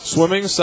Swimming